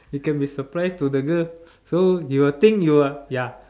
you can be surprise to the girl so you will think you are ya